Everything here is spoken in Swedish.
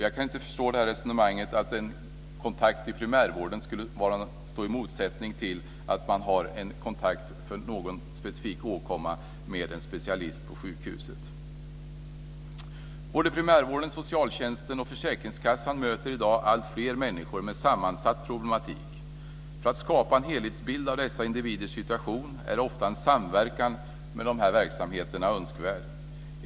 Jag kan inte förstå resonemanget om att en kontakt i primärvården står i motsättning till att man för en specifik åkomma har kontakt med en specialist på sjukhuset. Primärvården, socialtjänsten och försäkringskassan möter i dag alltfler människor med en sammansatt problematik. För att skapa en helhetsbild av dessa individers situation är ofta en samverkan med de här verksamheterna önskvärd.